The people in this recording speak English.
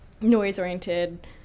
noise-oriented